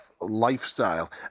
lifestyle